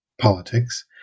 politics